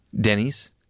Denny's